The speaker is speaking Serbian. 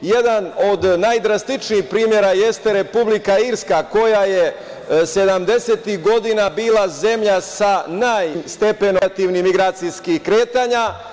Jedan od najdrastičnijih primera jeste Republika Irska koja je sedamdesetih godina bila zemlja sa najvećim stepenom negativnim migracijskih kretanja.